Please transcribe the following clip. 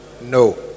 No